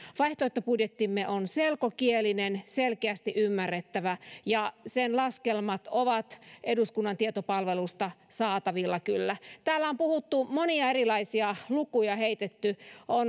vaihtoehtobudjettimme on selkokielinen selkeästi ymmärrettävä ja sen laskelmat ovat eduskunnan tietopalvelusta saatavilla kyllä täällä on puhuttu monia erilaisia lukuja heitetty